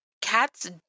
cats